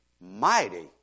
Mighty